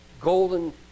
golden